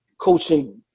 coaching